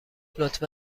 لطفا